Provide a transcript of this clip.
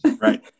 right